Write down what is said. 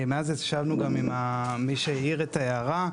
מאז ישבנו גם עם מי שהעיר את ההערה,